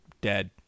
dead